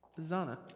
Zana